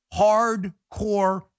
hardcore